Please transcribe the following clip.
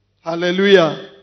Hallelujah